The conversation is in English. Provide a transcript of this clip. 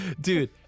Dude